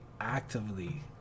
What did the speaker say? actively